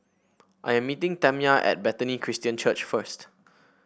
I am meeting Tamya at Bethany Christian Church first